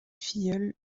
filleul